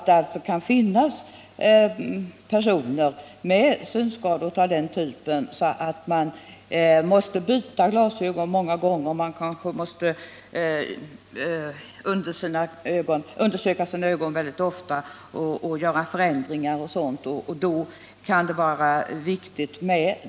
Det finns personer som har sådana synskador att de ofta måste undersöka sina ögon och byta glasögon. För dem kan det här stödet vara viktigt.